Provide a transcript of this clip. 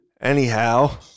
Anyhow